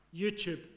YouTube